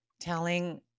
telling